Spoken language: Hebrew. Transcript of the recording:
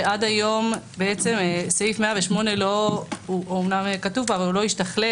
שעד היום סעיף 88 אמנם כתוב פה אבל הוא לא השתכלל